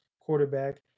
quarterback